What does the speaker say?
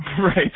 Right